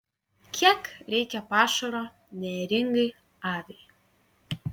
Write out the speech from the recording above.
kiek reikia pašaro neėringai aviai